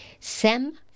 SEM